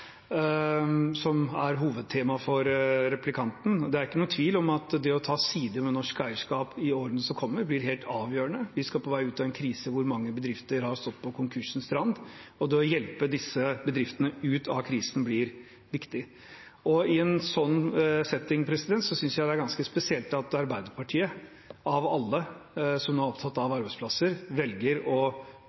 som er hovedtemaet for replikanten. Det er ikke noen tvil om at det å ta side med norsk eierskap i årene som kommer, blir helt avgjørende. Vi skal på vei ut av en krise hvor mange bedrifter har stått på konkursens rand, og det å hjelpe disse bedriftene ut av krisen blir viktig. I en sånn setting synes jeg det er ganske spesielt at Arbeiderpartiet, av alle som nå er opptatt av arbeidsplasser, velger å